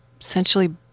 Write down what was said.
essentially